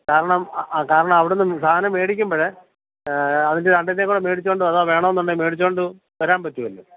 കാരണം കാരണം അവിടെനിന്ന് സാധനം മേടിക്കുമ്പോള് അതിൻ്റെ രണ്ടിന്റെയും കൂടെ മേടിച്ചുകൊണ്ട് അഥവാ വേണമെന്നുണ്ടെങ്കില് മേടിച്ചുകൊണ്ട് വരാൻ പറ്റുമല്ലോ